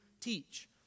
teach